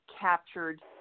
captured